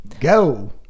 Go